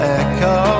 echo